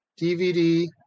DVD